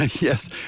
Yes